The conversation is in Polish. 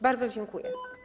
Bardzo dziękuję.